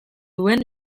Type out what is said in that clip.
duen